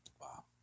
Wow